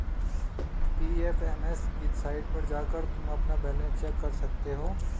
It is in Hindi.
पी.एफ.एम.एस की साईट पर जाकर तुम अपना बैलन्स चेक कर सकते हो